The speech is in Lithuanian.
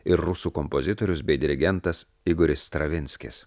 ir rusų kompozitorius bei dirigentas igoris stravinskis